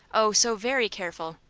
oh, so very careful!